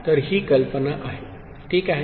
तर ही कल्पना आहे ठीक आहे